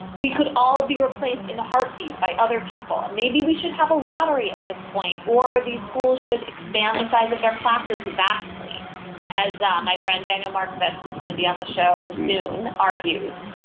we could all be replaced in a heartbeat by other people. maybe we should have a lottery at this point or these schools should expand the size of their classes vastly as um my friend daniel markovich is going to be on the show soon argues.